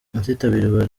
izitabirwa